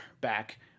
back